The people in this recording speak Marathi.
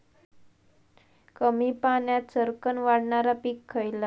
कमी पाण्यात सरक्कन वाढणारा पीक खयला?